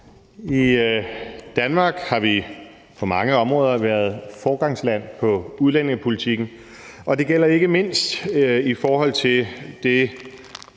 I Danmark har vi på mange områder været foregangsland på udlændingepolitikken, og det gælder ikke mindst i forhold til den